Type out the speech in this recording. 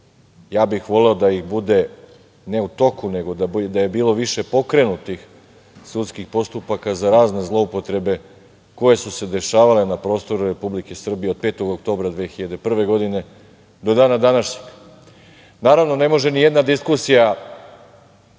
ja bih voleo da ih bude ne u toku, nego da je bilo više pokrenutih sudskih postupaka za razne zloupotrebe koje su se dešavale na prostoru Republike Srbije od 5. oktobra 2001. godine do dana današnjeg. Naravno, ne može nijedna diskusija